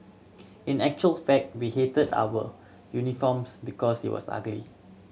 in actual fact we hated our uniforms because it was ugly